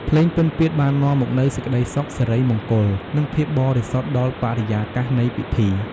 ភ្លេងពិណពាទ្យបាននាំមកនូវសេចក្ដីសុខ សិរីមង្គល និងភាពបរិសុទ្ធដល់បរិយាកាសនៃពិធី។